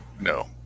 No